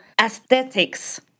aesthetics